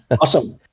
Awesome